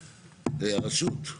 הרשות.